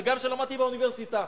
וגם כשלמדתי באוניברסיטה.